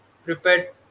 prepared